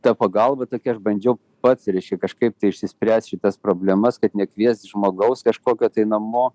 ta pagalba tokia aš bandžiau pats reiškia kažkaip tai išsispręst šitas problemas kad nekviest žmogaus kažkokio tai namo